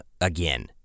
again